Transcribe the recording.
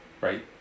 right